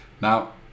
Now